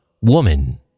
woman